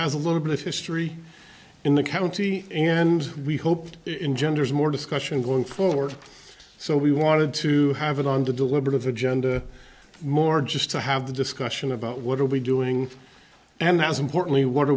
has a little bit of history in the county and we hope to engender is more discussion going forward so we wanted to have it on the deliberative agenda more just to have the discussion about what are we doing and as importantly what are